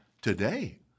today